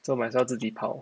so might as well 自己泡